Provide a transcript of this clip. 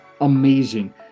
amazing